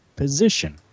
position